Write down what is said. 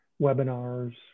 webinars